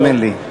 האמן לי.